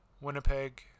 winnipeg